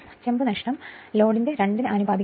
ചെമ്പ് നഷ്ടം ലോഡിന്റെ 2 ആനുപാതികമാണ്